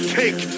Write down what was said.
take